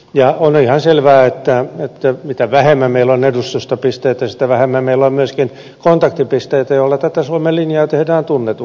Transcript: on ihan selvää että mitä vähemmän meillä on edustustopisteitä sitä vähemmän meillä on myöskin kontaktipisteitä joilla tätä suomen linjaa tehdään tunnetuksi